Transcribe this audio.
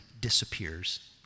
disappears